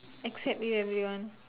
except you everyone